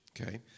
okay